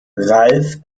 ralf